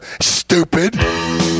Stupid